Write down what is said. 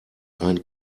ein